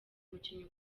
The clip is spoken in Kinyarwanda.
umukino